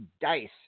dice